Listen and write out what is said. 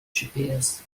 gps